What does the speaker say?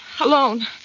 Alone